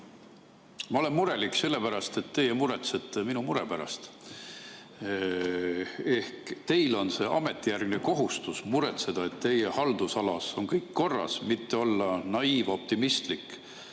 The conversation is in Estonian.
Ma olen murelik sellepärast, et teie muretsete minu mure pärast. Teil on ametijärgne kohustus muretseda, et teie haldusalas on kõik korras, mitte olla naiiv‑optimistlik